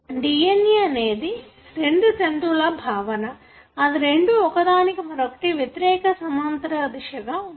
కాబట్టి DNA అనేది రెండు తంతువుల భావన అది రెండూ ఒకదానికి మరొకటి వ్యతిరేఖ సమాంతర దిశగా ఉంటుంది